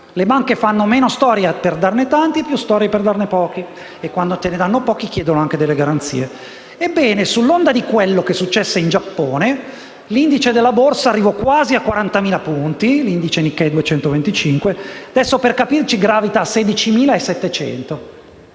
Le banche fanno meno storie per darne tanti e più storie per darne pochi, e quando te ne danno pochi chiedono anche delle garanzie. Ebbene, sull'onda di quello che successe in Giappone, l'indice Nikkei 225 della Borsa di Tokio arrivò quasi a 40.000 punti (per capirsi adesso gravita a 16.700).